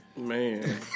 Man